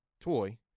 toy